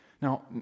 Now